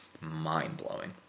mind-blowing